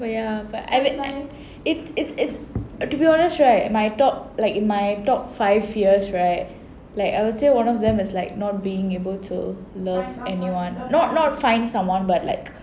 oh ya but I mean it's it's it's to be honest right my top like my top five fears right like I would say one of them is like not being able to love anyone not not find someone but like